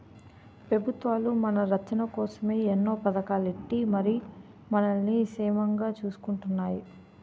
పెబుత్వాలు మన రచ్చన కోసమే ఎన్నో పదకాలు ఎట్టి మరి మనల్ని సేమంగా సూసుకుంటున్నాయి